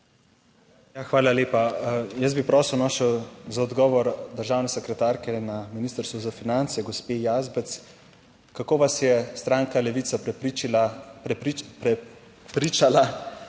hvala lepa. Jaz bi prosil še za odgovor državne sekretarke na Ministrstvu za finance, gospe Jazbec, kako vas je stranka Levica prepričala,